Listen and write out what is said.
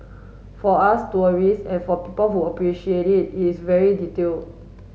for us tourists and for people who appreciate it is very detail